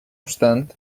obstant